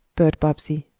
bert bobbsey.